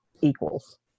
equals